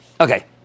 Okay